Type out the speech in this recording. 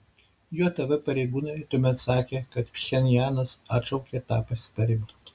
jav pareigūnai tuomet sakė kad pchenjanas atšaukė tą pasitarimą